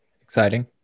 exciting